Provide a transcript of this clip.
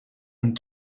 and